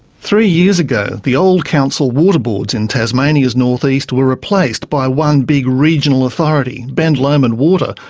three years ago, the old council water boards in tasmania's north-east were replaced by one big regional authority, ben lomond water,